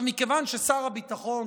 מכיוון ששר הביטחון,